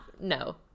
No